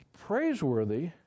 praiseworthy